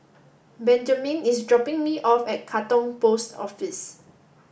Benjamen is dropping me off at Katong Post Office